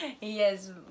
yes